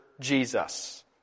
Jesus